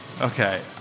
Okay